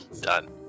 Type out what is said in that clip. Done